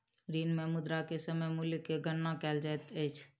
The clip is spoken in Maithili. ऋण मे मुद्रा के समय मूल्य के गणना कयल जाइत अछि